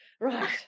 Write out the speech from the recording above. right